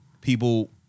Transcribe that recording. people